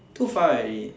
too far already